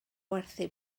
werthu